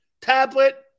tablet